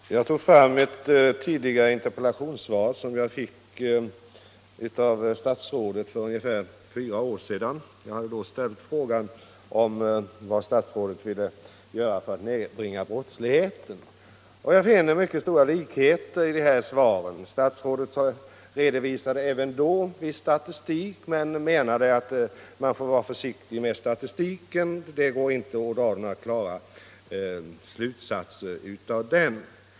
Herr talman! Jag har här tagit fram ett tidigare interpellationssvar, som jag fick av statsrådet för ungefär fyra år sedan. Den gången hade jag ställt frågan vad statsrådet ville göra för att nedbringa brottsligheten, och nu finner jag mycket stora likheter mellan de båda svaren. Statsrådet redovisade även den gången en statistik, men han menade att man får vara försiktig med sådan statistik eftersom det inte går att dra några säkra slutsatser av den.